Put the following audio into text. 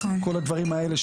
כל הדברים האלה,